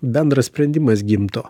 bendras sprendimas gimtų